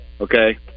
okay